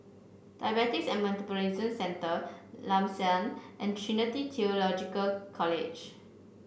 Diabetes and Metabolism Centre Lam San and Trinity Theological College